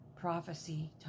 prophecy